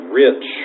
rich